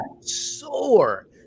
sore